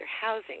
housing